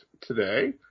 today